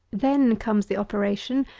then comes the operation,